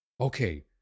Okay